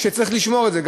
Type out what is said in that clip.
שצריך לשמור את זה,